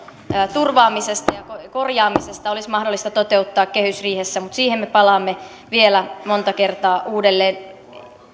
turvaamisesta ja korjaamisesta olisi mahdollista toteuttaa kehysriihessä mutta siihen me palaamme vielä monta kertaa uudelleen